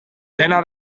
dena